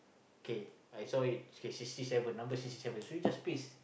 okay I saw it okay sixty seven number sixty seven so you just paste